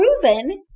proven